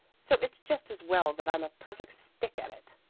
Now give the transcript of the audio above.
so it's just as well that i'm a perfect stick at it.